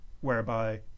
whereby